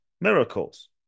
miracles